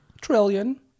Trillion